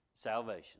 Salvation